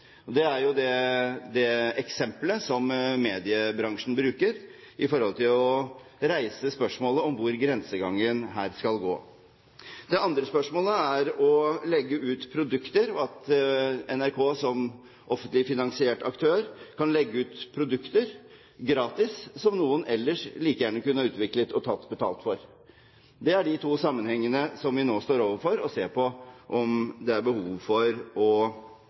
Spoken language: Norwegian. yr.no. Man kunne jo tenke seg at det f.eks. var betaling på yr.no. Det er det eksemplet mediebransjen bruker når det gjelder å reise spørsmålet om hvor grensegangen her skal gå. Det andre spørsmålet er å legge ut produkter, og at NRK – som offentlig finansiert aktør – kan legge ut produkter gratis, som noen ellers kunne ha utviklet og tatt betalt for. Det er de to sammenhengene vi nå står overfor, og som vi skal se på om det er behov for